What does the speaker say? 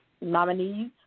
nominees